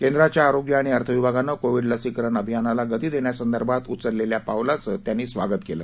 केंद्रांच्या आरोग्य आणि अर्थविभागानं कोविड लसीकरण अभियानाला गती देण्यासंदर्भात उचलेल्या पावलाचं त्यांनी स्वागत केलं